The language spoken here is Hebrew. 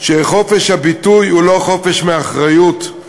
חופש הביטוי הוא לא חופש מאחריות.